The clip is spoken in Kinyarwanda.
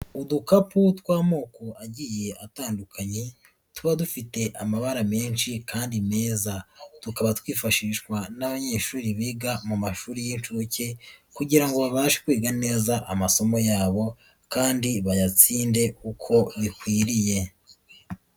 Udukapu tw'amoko agiye atandukanye tuba dufite amabara menshi kandi meza, tukaba twifashishwa n'abanyeshuri biga mu mashuri y'inshuke kugira ngo babashe kwiga neza amasomo yabo kandi bayatsinde uko bikwiriye.